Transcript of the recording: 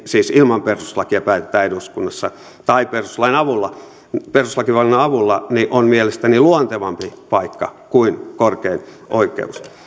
siis ilman perustuslakia päätetään eduskunnassa tai perustuslakivaliokunnan avulla ja se on mielestäni luontevampi paikka kuin korkein oikeus